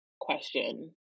question